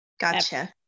Gotcha